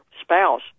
spouse